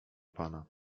pana